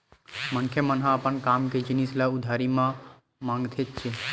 मनखे मन ह अपन काम के जिनिस ल उधारी म मांगथेच्चे